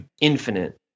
infinite